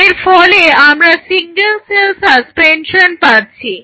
এর ফলে আমরা সিঙ্গেল সেল সাসপেনশন পাচ্ছি